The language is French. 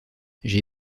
j’ai